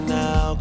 now